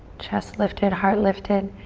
chest lifted, heart lifted.